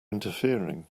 interfering